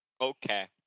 Okay